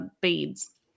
beads